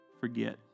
forget